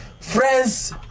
Friends